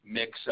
mix